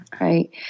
Right